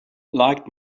liked